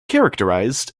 characterized